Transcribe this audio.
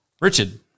Richard